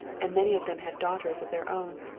and many of them had daughters of their own.